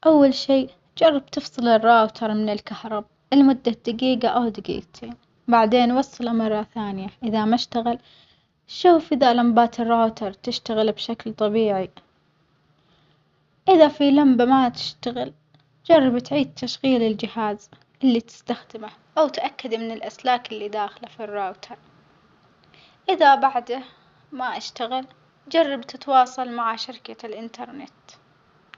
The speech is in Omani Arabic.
أول شي جرب تفصل الراوتر من الكهرب لمدة دجيجة أو دجيجتين وبعدين وصله مرة ثانية إذا ما اشتغل شوف إذا لمبات الراوتر تشتغل بشكل طبيعي، إذا في لمبة ما تشتغل جرب تعيد تشغيل الجهاز اللي تستخدمه، أو تأكد من الأسلاك اللي داخلة في الراوتر، إذا بعده ما اشتغل جرب تتواصل مع شركة الإنترنت.